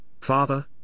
Father